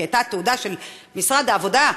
כי היא הייתה תעודה של משרד העבודה,